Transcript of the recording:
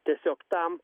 tiesiog tam